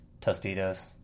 Tostitos